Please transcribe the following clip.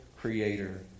creator